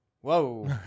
whoa